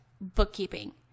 bookkeeping